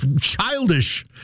childish